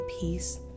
peace